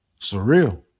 surreal